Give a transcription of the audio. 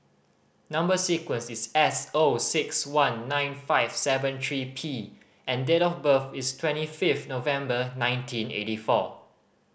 number sequence is S O six one nine five seven three P and date of birth is twenty fifth November nineteen eighty four